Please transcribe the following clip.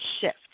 shift